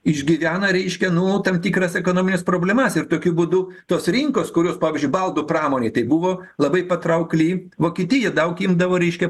išgyvena reiškia nu tam tikras ekonomines problemas ir tokiu būdu tos rinkos kurios pavyzdžiui baldų pramonė tai buvo labai patraukli vokietijoj daug imdavo reiškia